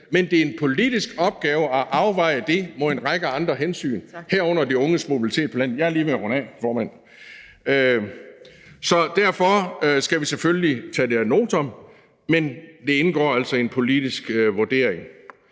men det er en politisk opgave at afveje det mod en række andre hensyn (Fjerde næstformand (Trine Torp): Tak.), herunder de unges mobilitet på landet – jeg er lige ved at runde af, formand – så derfor skal vi selvfølgelig tage det ad notam, men det indgår altså i en politisk vurdering.